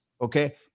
okay